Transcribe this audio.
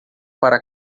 para